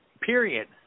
period